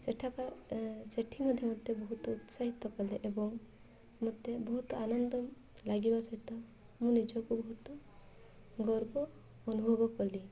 ସେଠିକା ସେଠି ମଧ୍ୟ ମୋତେ ବହୁତ ଉତ୍ସାହିତ କଲେ ଏବଂ ମୋତେ ବହୁତ ଆନନ୍ଦ ଲାଗିବା ସହିତ ମୁଁ ନିଜକୁ ବହୁତ ଗର୍ବ ଅନୁଭବ କଲି